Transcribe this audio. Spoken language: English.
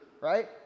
right